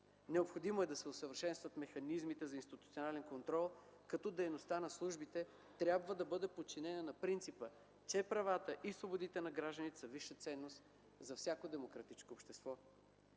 Необходимо е да се усъвършенстват механизмите за институционален контрол, като дейността на службите трябва да бъде подчинена на принципа, че правата и свободите на гражданите са висша ценност за всяко демократично общество.